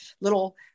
little